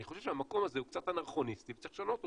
אני חושב שהמקום הזה הוא קצת אנכרוניסטי וצריך לשנות אותו.